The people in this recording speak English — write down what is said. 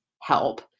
help